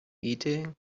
eating